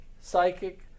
psychic